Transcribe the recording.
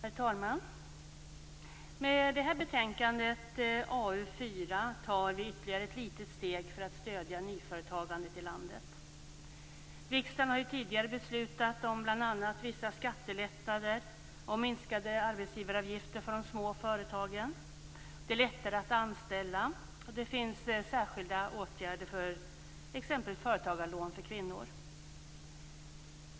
Herr talman! Med detta betänkande, AU4, tar vi ytterligare ett litet steg för att stödja nyföretagandet i landet. Riksdagen har ju tidigare beslutat om bl.a. vissa skattelättnader och minskade arbetsgivaravgifter för de små företagen. Det är lättare att anställa och det finns särskilda åtgärder, exempelvis företagarlån, för kvinnor.